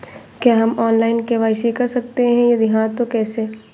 क्या हम online KYC कर सकते हैं यदि हाँ तो कैसे?